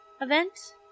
event